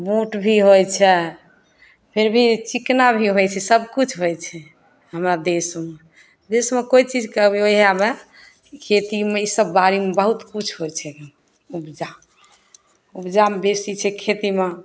बूट भी होइ छै फिर भी चिकना भी होइ छै सभकिछु होइ छै हमरा देसमे देस म कोइ चीजके अभी खेतीमे ई सभ बारेमे बहुत किछु होइ छैगऽ उपजा उपजामे बेसी छै खेतीमे